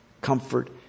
comfort